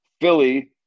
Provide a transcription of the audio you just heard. Philly